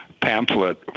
pamphlet